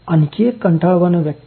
आणखी एक कंटाळवाणा व्याख्यान